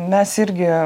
mes irgi